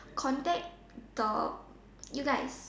contact the you guys